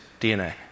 DNA